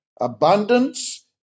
abundance